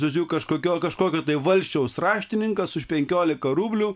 žodžiu kažkokio kažkokio tai valsčiaus raštininkas už penkiolika rublių